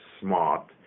smart